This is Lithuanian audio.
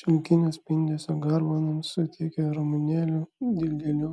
šilkinio spindesio garbanoms suteikia ramunėlių dilgėlių